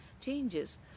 changes